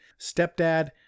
stepdad